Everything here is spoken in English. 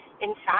inside